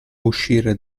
uscire